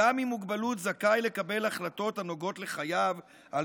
אדם עם מוגבלות זכאי לקבל החלטות הנוגעות לחייו על